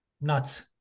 Nuts